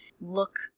look